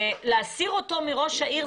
והכי טוב להסיר אותו מראש העיר.